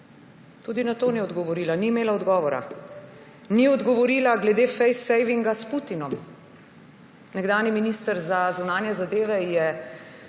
Tudi na to ni odgovorila, ni imela odgovora. Ni odgovorila glede face-savinga s Putinom. Nekdanji minister za zunanje zadeve je